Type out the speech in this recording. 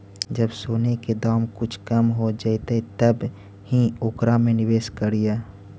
जब सोने के दाम कुछ कम हो जइतइ तब ही ओकरा में निवेश करियह